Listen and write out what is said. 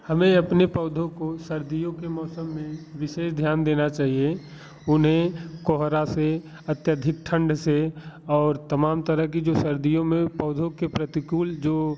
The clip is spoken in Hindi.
हमें अपने पौधों को सर्दियों के मौसम में विशेष ध्यान देना चाहिए उन्हें कोहरा से अत्यधिक ठंड से और तमाम तरह की जो सर्दियों में पौधों के प्रतिकूल जो